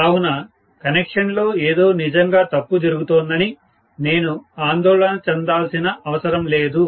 కావున కనెక్షన్లో ఏదో నిజంగా తప్పు జరుగుతోందని నేను ఆందోళన చెందాల్సిన అవసరం లేదు